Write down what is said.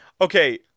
Okay